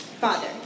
Father